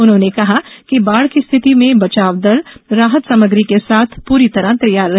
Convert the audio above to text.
उन्होंने कहा कि बाढ़ की स्थिति में बचाव दल राहत सामग्री के साथ पूरी तरह तैयार रहे